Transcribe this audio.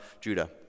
Judah